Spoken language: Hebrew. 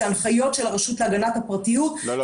זה הנחיות של הרשות להגנת הפרטיות --- לא, לא.